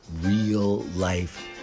real-life